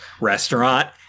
restaurant